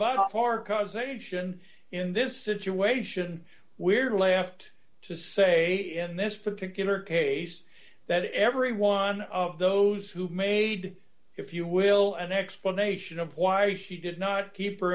for causation in this situation we're left to say in this particular case that every one of those who made if you will an explanation of why she did not keep